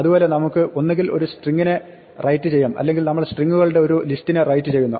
അതുപോലെ നമുക്ക് ഒന്നുകിൽ ഒരു സ്ട്രിങ്ങിനെ റൈറ്റ് ചെയ്യാം അല്ലെങ്കിൽ നമ്മൾ സ്ട്രിങ്ങുകളുടെ ഒരു ലിസ്റ്റിനെ റൈറ്റ് ചെയ്യുന്നു